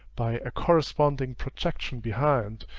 by a corresponding projection behind,